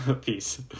Peace